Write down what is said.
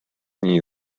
nii